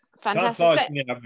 Fantastic